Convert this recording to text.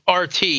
RT